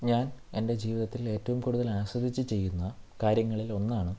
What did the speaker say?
ഞാൻ എൻ്റെ ജീവിതത്തിൽ ഏറ്റവും കൂടുതൽ ആസ്വദിച്ച് ചെയ്യുന്ന കാര്യങ്ങളിൽ ഒന്നാണ്